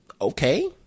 okay